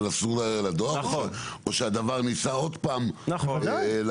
לסור לדואר או שהדוור ניסה עוד פעם להגיע.